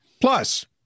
Plus